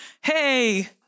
Hey